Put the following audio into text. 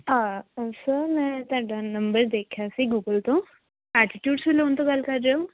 ਹਾਂ ਸਰ ਮੈਂ ਤੁਹਾਡਾ ਨੰਬਰ ਦੇਖਿਆ ਸੀ ਗੂਗਲ ਤੋਂ ਐਟੀਟਿਊਡ ਸਲੂਨ ਤੋਂ ਗੱਲ ਕਰ ਰਹੇ ਹੋ